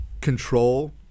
control